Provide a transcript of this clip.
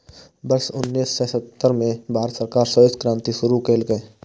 वर्ष उन्नेस सय सत्तर मे भारत सरकार श्वेत क्रांति शुरू केलकै